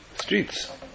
Streets